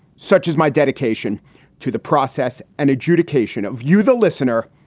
such as my dedication to the process and adjudication of you, the listener,